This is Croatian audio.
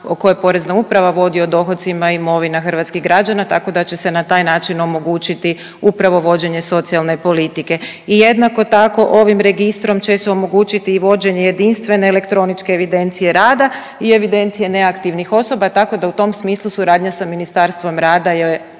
koje Porezna uprava vodi o dohocima i imovina hrvatskih građana, tako da će se na taj način omogućiti upravo vođenje socijalne politike. I jednako tako ovim registrom će se omogućiti i vođenje jedinstvene elektroničke evidencije rada i evidencije neaktivnih osoba tako da u tom smislu suradnja sa Ministarstvom rada je